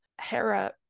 Hera-